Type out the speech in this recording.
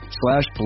slash